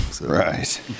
Right